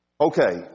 Okay